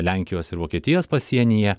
lenkijos ir vokietijos pasienyje